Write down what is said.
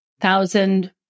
thousand